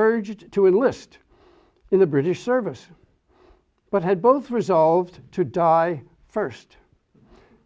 urged to enlist in the british service but had both resolved to die first